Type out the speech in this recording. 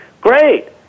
Great